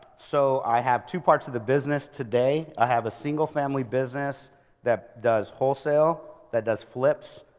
so i have two parts of the business, today i have a single family business that does wholesale, that does flips,